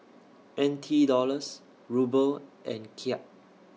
N T Dollars Ruble and Kyat